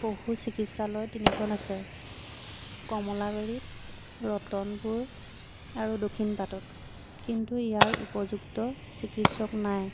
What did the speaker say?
পশু চিকিৎসালয় তিনিখন আছে কমলাবাৰীত ৰতনপুৰ আৰু দক্ষিণপাটত কিন্তু ইয়াৰ উপযুক্ত চিকিৎসক নাই